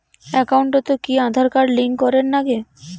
একাউন্টত কি Aadhaar card link করের নাগে?